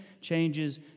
changes